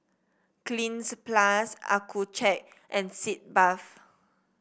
Cleanz Plus Accucheck and Sitz Bath